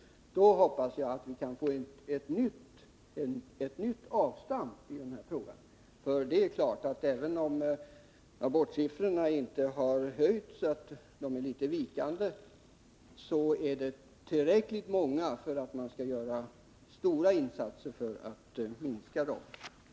Men då hoppas jag att vi kan få ett nytt avstamp i den här frågan, för även om abortsiffrorna inte höjts utan är litet vikande så är siffrorna ändå tillräckligt höga för att vi skall göra stora insatser för att minska dem.